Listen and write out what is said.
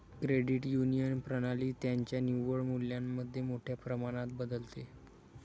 credit union प्रणाली त्यांच्या निव्वळ मूल्यामध्ये मोठ्या प्रमाणात बदलते